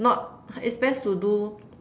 not it's best to do